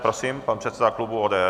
Prosím, pan předseda klubu ODS.